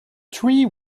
three